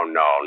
no